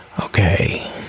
Okay